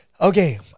Okay